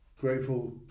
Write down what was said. grateful